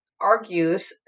argues